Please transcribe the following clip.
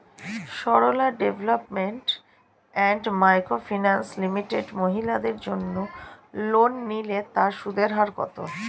Sarala development and micro finance limited মহিলাদের জন্য loan নিলে তার সুদের হার কত?